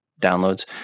downloads